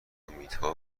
امیدها